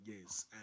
yes